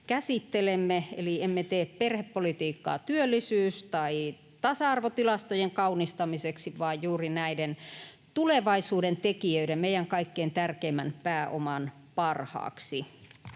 käsittelemme. Eli emme tee perhepolitiikkaa työllisyys‑ tai tasa-arvotilastojen kaunistamiseksi vaan juuri näiden tulevaisuuden tekijöiden, meidän kaikkein tärkeimmän pääoman, parhaaksi.